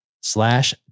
slash